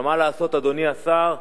אבל, מה לעשות, אדוני השר?